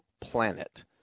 Planet